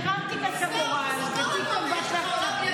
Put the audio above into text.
תראה, הרמתי פה פצצה.